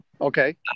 Okay